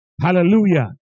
Hallelujah